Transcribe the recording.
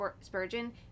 Spurgeon